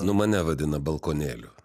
nu mane vadina balkonėliu